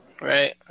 Right